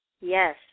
Yes